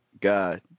god